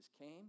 came